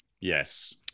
Yes